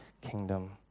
kingdom